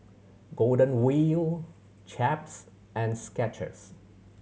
Golden Wheel Chaps and Skechers